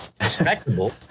respectable